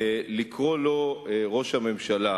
לקרוא לו ראש הממשלה.